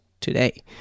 today